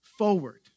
forward